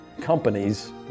companies